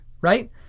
right